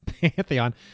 Pantheon